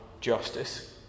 justice